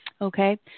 Okay